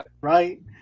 Right